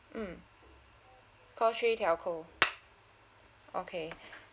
mm call three telco okay